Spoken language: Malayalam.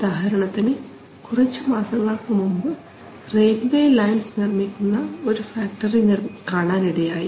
ഉദാഹരണത്തിന് കുറച്ചു മാസങ്ങൾക്ക് മുമ്പ് റെയിൽവേ ലൈൻസ് നിർമ്മിക്കുന്ന ഒരു ഫാക്ടറി കാണാനിടയായി